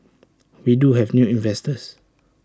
we do have new investors